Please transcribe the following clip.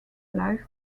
life